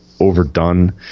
Overdone